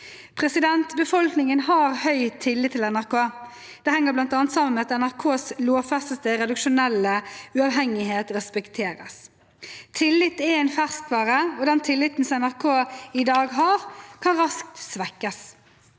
§ 7. Befolkningen har høy tillit til NRK. Det henger bl.a. sammen med at NRKs lovfestede redaksjonelle uavhengighet respekteres. Tillit er ferskvare, og den tilliten som NRK i dag har, kan raskt svekkes.